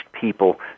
people